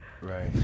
right